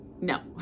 No